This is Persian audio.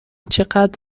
چقدر